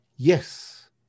Yes